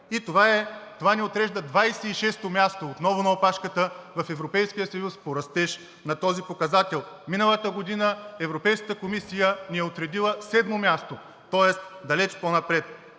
и това ни отрежда 26-о място, отново на опашката в Европейския съюз по растеж на този показател. Миналата година Европейската комисия ни е отредила седмо място, тоест далеч по-напред.